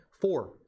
Four